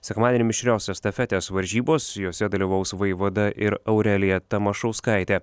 sekmadienį mišrios estafetės varžybos jose dalyvaus vaivada ir aurelija tamašauskaitė